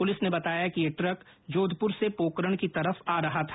police ने बताया कि यह ट्रक जोधपर से पोकरण की तरफ आ रहा था